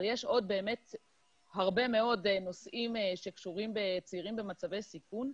אבל יש עוד הרבה מאוד נושאים שקשורים בצעירים במצבי סיכון.